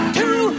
two